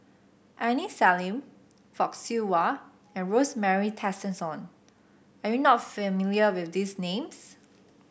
Aini Salim Fock Siew Wah and Rosemary Tessensohn are you not familiar with these names